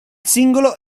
singolo